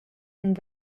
and